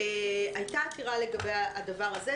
הייתה עתירה לגבי הדבר הזה.